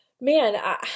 man